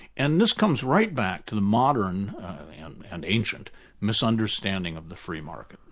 and this comes right back to the modern and and ancient misunderstanding of the free market.